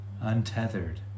untethered